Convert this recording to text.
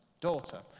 daughter